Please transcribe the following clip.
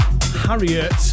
Harriet